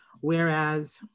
whereas